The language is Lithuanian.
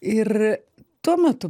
ir tuo metu